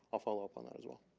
i'll follow up on that as well.